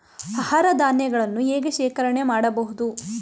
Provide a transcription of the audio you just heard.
ಆಹಾರ ಧಾನ್ಯಗಳನ್ನು ಹೇಗೆ ಶೇಖರಣೆ ಮಾಡಬಹುದು?